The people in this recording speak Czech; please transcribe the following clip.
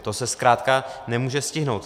To se zkrátka nemůže stihnout.